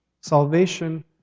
salvation